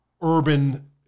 urban